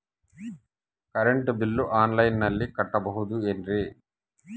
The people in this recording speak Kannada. ಕರೆಂಟ್ ಬಿಲ್ಲು ಆನ್ಲೈನಿನಲ್ಲಿ ಕಟ್ಟಬಹುದು ಏನ್ರಿ?